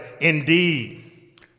indeed